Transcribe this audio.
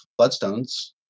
bloodstones